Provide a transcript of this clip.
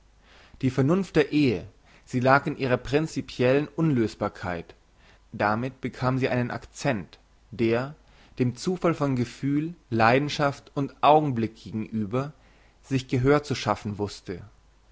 die vernunft der ehe sie lag in ihrer principiellen unlösbarkeit damit bekam sie einen accent der dem zufall von gefühl leidenschaft und augenblick gegenüber sich gehör zu schaffen wusste